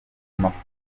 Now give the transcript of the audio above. amafoto